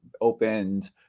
opened